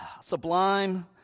sublime